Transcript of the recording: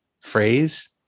phrase